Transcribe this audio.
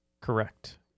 Correct